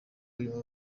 uyu